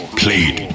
played